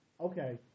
Okay